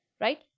right